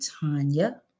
Tanya